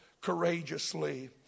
courageously